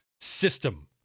system